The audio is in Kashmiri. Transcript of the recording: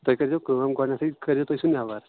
تۄہہِ کٔرۍ زیو کٲم گۄڈنٮ۪تھٕے کٔرِو تۄہہِ سُہ نٮ۪بَر